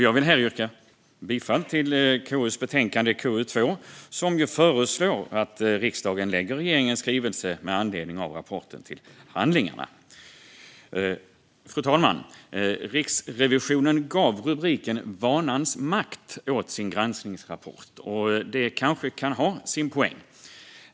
Jag vill yrka bifall till förslaget i KU:s betänkande KU2, som föreslår att riksdagen lägger regeringens skrivelse med anledning av rapporten till handlingarna. Fru talman! Riksrevisionen gav titeln Vanans makt åt sin granskningsrapport, och det kanske kan ha sin poäng.